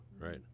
Right